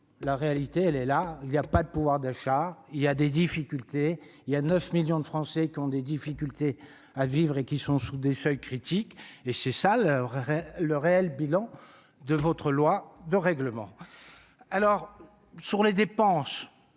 la réalité elle est là, il y a pas de pouvoir d'achat, il y a des difficultés, il y a 9 millions de Français qui ont des difficultés à vivre et qui sont sous des seuils critiques et c'est ça le réel bilan de votre loi de règlement alors sur les dépenses,